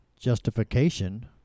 justification